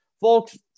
folks